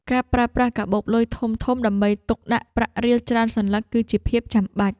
ការប្រើប្រាស់កាបូបលុយធំៗដើម្បីទុកដាក់ប្រាក់រៀលច្រើនសន្លឹក គឺជាភាពចាំបាច់។